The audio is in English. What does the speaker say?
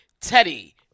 Teddy